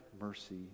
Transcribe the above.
mercy